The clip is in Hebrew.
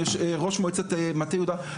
ראש מועצת מטה יהודה,